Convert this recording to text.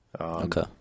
Okay